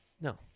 no